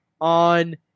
on